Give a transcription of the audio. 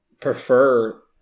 prefer